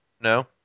No